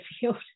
field